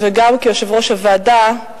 גם כיושב-ראש הוועדה,